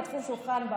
פתחו שולחן.